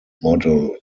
model